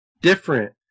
different